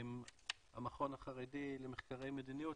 המכון החרדי למחקרי מדיניות,